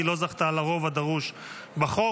כי לא זכתה לרוב הדרוש בחוק.